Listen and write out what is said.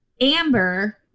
Amber